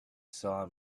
saw